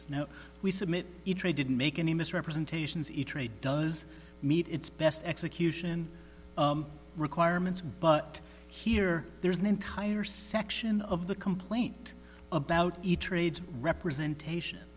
no we submit it didn't make any misrepresentations eatery does meet its best execution requirements but here there's an entire section of the complaint about each trades representation